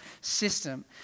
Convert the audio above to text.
system